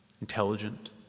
intelligent